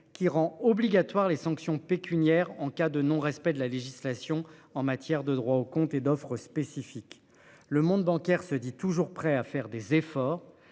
qui rend obligatoire les sanctions pécuniaires. En cas de non respect de la législation en matière de droit au compte et d'offres spécifique, le monde bancaire se dit toujours prêt à faire des efforts